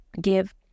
give